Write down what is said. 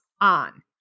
on